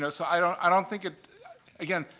so so i don't i don't think it again,